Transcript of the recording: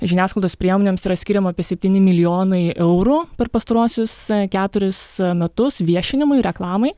žiniasklaidos priemonėms yra skiriama apie septyni milijonai eurų per pastaruosius keturis metus viešinimui reklamai